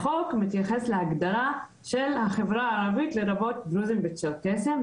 החוק מתייחס להגדרה של החברה הערבית לרבות דרוזים וצ'רקסים,